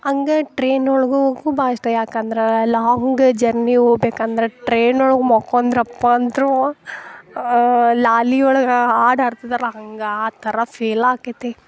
ಹಾಗೆ ಟ್ರೈನ್ ಒಳಗೂ ಹೋಗೋಕು ಭಾಳ್ ಇಷ್ಟ ಯಾಕೆ ಅಂದ್ರೆ ಲಾಂಗ್ ಜರ್ನಿ ಹೋಗ್ಬೇಕು ಅಂದ್ರೆ ಟ್ರೈನ್ ಒಳ್ಗೆ ಮಲ್ಕೊಂದ್ರಪ್ಪ ಅಂದರೂ ಲಾಲಿ ಒಳಗೆ ಹಾಡು ಹಾಡ್ತಿದ್ರಲ್ಲ ಹಾಗ್ ಆ ಥರ ಫೀಲ್ ಆಕೇತಿ